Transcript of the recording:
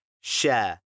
share